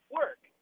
work